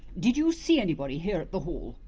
did you see anybody here at the hall?